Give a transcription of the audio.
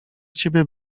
ciebie